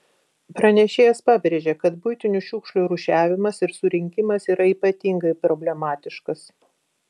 pranešėjas pabrėžė kad buitinių šiukšlių rūšiavimas ir surinkimas yra ypatingai problematiškas